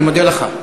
אני מודה לך.